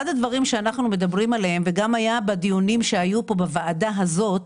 אחד הדברים שעלו בוועדה הזאת